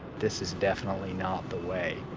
this is definitely not the way.